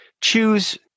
choose